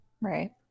right